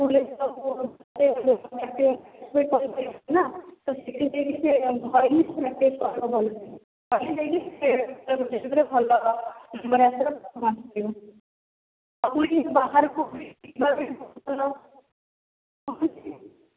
ସେଥିପାଇଁ ବି ସେ